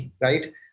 right